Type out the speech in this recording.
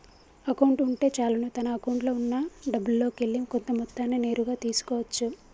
account ఉంటే చాలును తన అకౌంట్లో ఉన్నా డబ్బుల్లోకెల్లి కొంత మొత్తాన్ని నేరుగా తీసుకో అచ్చు